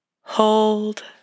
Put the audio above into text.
hold